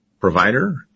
provider